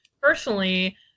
personally